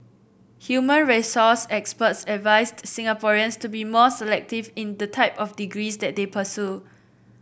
human resource experts advised Singaporeans to be more selective in the type of degrees that they pursue